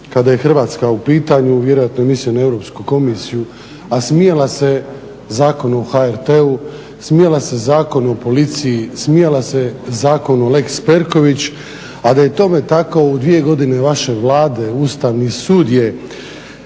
kada je Hrvatska u pitanju, vjerojatno je mislio na Europsku komisiju, a smijala se Zakonu o HRT-u, smijala se Zakonu o policiji, smijala se zakonu Lex Perković, a da je tome tako u dvije godine vaše Vlade Ustavni sud je